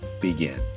begin